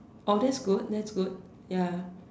oh that's good that's good ya